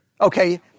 Okay